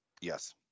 yes